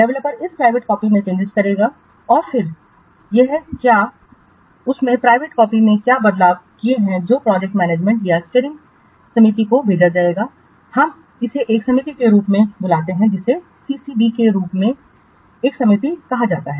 developer इस private copy में changes करेगा और फिर यह क्या उसने प्राइवेट कॉपी में क्या बदलाव किए हैं जो प्रोजेक्ट मैनेजमेंट या स्टीयरिंग समिति को भेजा जाएगा हम इसे एक समिति के रूप में बुलाते हैं जिसे CCB के रूप में एक समिति कहा जाता है